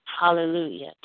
Hallelujah